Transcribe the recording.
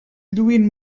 lluint